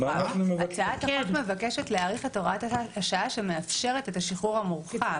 הצעת החוק מבקשת להרחיב את הוראת השעה שמאפשרת את השחרור המורחב,